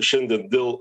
šiandien dėl